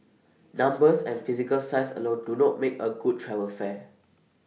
numbers and physical size alone do not make A good travel fair